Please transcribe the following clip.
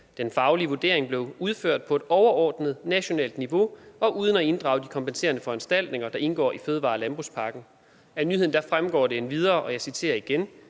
»Den faglige vurdering blev udført på et overordnet nationalt niveau og uden at inddrage de kompenserende foranstaltninger, der indgår i fødevare- og landbrugspakken«. Af nyheden fremgår det endvidere: »I indledningen